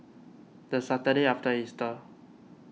the Saturday after Easter